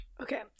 Okay